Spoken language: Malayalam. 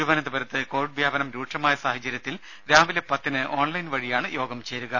തിരുവനന്തപുരത്ത് കൊവിഡ് വ്യാപനം രൂക്ഷമായ സാഹചര്യത്തിൽ രാവിലെ പത്തിന് ഓൺലൈൻ വഴിയാണ് യോഗം ചേരുക